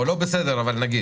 או לא בסדר, אבל נגיד.